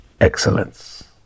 excellence